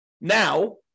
now